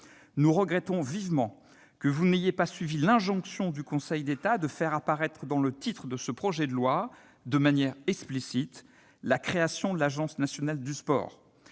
Nous regrettons vivement que vous n'ayez pas suivi l'injonction du Conseil d'État de faire apparaître dans le titre de ce projet de loi, de manière explicite, la création de l'Agence nationale du sport.